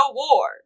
war